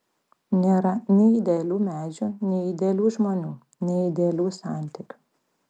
nėra nei idealių medžių nei idealių žmonių nei idealių santykių